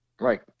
Right